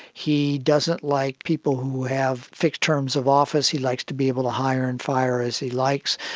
he doesn't like people who have fixed terms of office, he likes to be able to hire and fire as he likes,